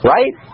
Right